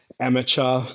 amateur